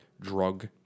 drug